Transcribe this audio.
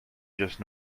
just